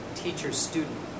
teacher-student